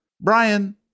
Brian